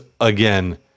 again